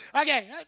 Okay